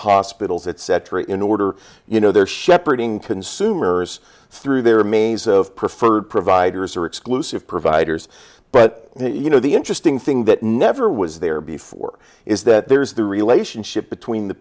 hospitals etc in order you know they're shepherding consumers through their maze of preferred providers or exclusive providers but you know the interesting thing that never was there before is that there's the relationship between the